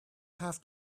have